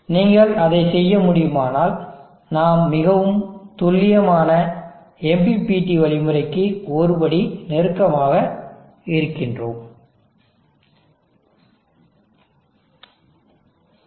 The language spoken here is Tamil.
நீங்கள் அதை செய்ய முடியுமானால் நாம் மிகவும் துல்லியமான MPPT வழிமுறைக்கு ஒரு படி நெருக்கமாக இருக்கிறோம்